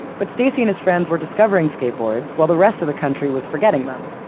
but stacy and his friends were discovering skateboards, while the rest of the country was forgetting them.